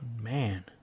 Man